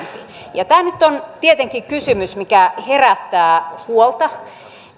ja tämä nyt on tietenkin kysymys mikä herättää huolta